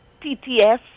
TTS